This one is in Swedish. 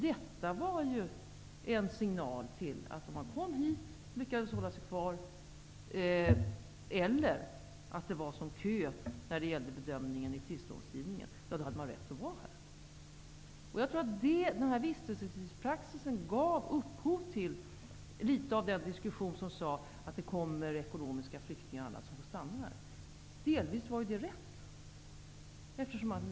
Detta var en signal om att den som kom hit och som lyckades hålla sig kvar här -- eller om det var mycket lång kö när det gällde bedömningen vid tillståndsgivningen -- hade rätt att vara här. Jag tror att vistelsetidspraxisen litet grand gav upphov till diskussionen om ekonomiska flyktingar och andra som kommit hit och som får stanna här. Delvis hade man rätt.